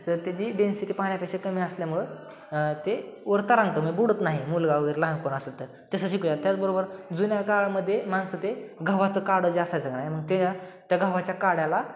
तर त्याची डेन्सिटी पाण्यापेक्षा कमी असल्यामुळं ते वर तरंगत म्हणजे बुडत नाही मुलगा वगैरे लहान कोण असेल तर तसं शिकवल्या त्याचबरोबर जुन्या काळमध्ये माण सं ते गव्हाचं काडं जे असायचंय का नाही मग त्या गव्हाचं काड्याला